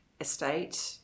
estate